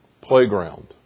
playground